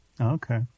Okay